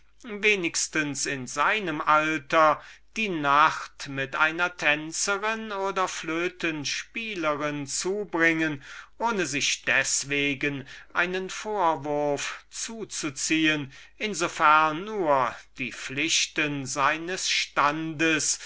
wenigstens in seinem alter die nacht mit einer tänzerin oder flötenspielerin zubringen ohne sich deswegen einen vorwurf zu zuziehen in so ferne nur die pflichten seines standes